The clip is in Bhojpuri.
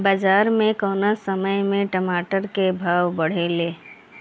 बाजार मे कौना समय मे टमाटर के भाव बढ़ेले?